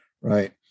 Right